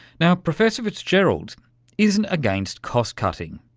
now, professor fitzgerald isn't against cost-cutting.